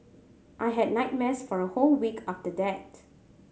I had nightmares for a whole week after that